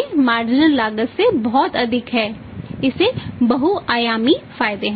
firm लागत से बहुत अधिक है इससे बहुआयामी फायदे होंगे